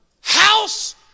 House